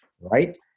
Right